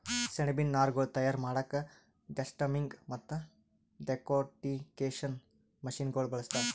ಸೆಣಬಿನ್ ನಾರ್ಗೊಳ್ ತಯಾರ್ ಮಾಡಕ್ಕಾ ಡೆಸ್ಟಮ್ಮಿಂಗ್ ಮತ್ತ್ ಡೆಕೊರ್ಟಿಕೇಷನ್ ಮಷಿನಗೋಳ್ ಬಳಸ್ತಾರ್